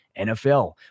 NFL